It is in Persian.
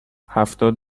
هفتاد